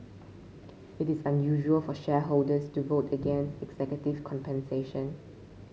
it is unusual for shareholders to vote against executive compensation